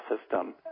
system